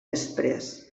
després